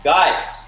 Guys